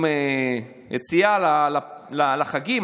עם יציאה לחגים,